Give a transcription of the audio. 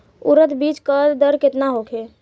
उरद बीज दर केतना होखे?